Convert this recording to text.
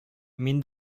мин